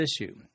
issue